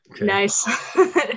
Nice